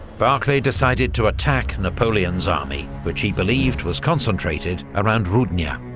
barclay decided to attack napoleon's army, which he believed was concentrated around rudnya.